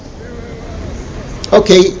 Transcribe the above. Okay